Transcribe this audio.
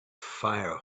fire